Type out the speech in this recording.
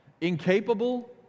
incapable